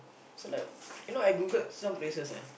so like you know I Googled some places ah